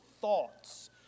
thoughts